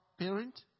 parent